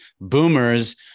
boomers